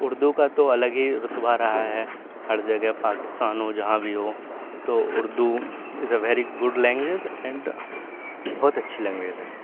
اردو کا تو الگ ہی رتبہ رہا ہے ہر جگہ پاکستان ہو جہاں بھی ہو تو Urdu is a very good language and بہت اچھی لینگویز ہے